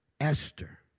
Esther